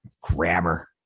Grammar